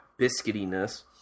biscuitiness